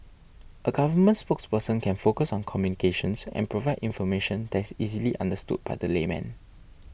a government spokesperson can focus on communications and provide information that is easily understood by the layman